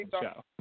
show